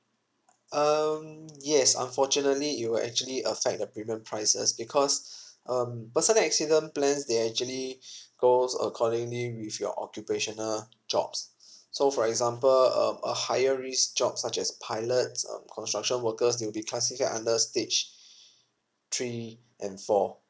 um yes unfortunately it will actually affect the premium prices because um personal accident plans they actually goes accordingly with your occupational jobs so for example um a higher risk jobs such as pilots um construction workers they'll be classified under stage three and four